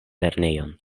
lernejon